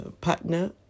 partner